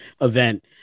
event